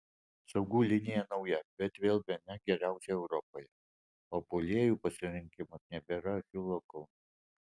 saugų linija nauja bet vėl bene geriausia europoje o puolėjų pasirinkimas nebėra achilo kulnas